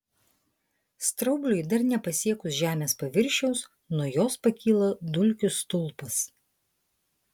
straubliui dar nepasiekus žemės paviršiaus nuo jos pakyla dulkių stulpas